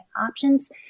options